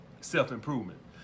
self-improvement